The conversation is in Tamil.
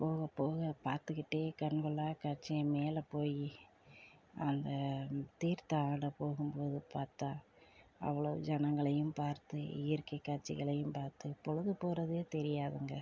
போக போக பார்த்துக்கிட்டே கண்கொள்ளா காட்சியை மேலே போய் அந்த தீர்த்தம் ஆட போகும் போது பார்த்தா அவ்வளோ ஜனங்களையும் பார்த்து இயற்கை காட்சிகளையும் பார்த்து பொழுது போகிறதே தெரியாதுங்க